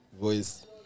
Voice